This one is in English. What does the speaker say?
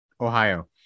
Ohio